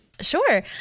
Sure